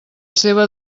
seva